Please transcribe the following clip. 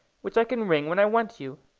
which i can ring when i want you.